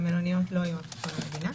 המלוניות לא יהיו על חשבון המדינה.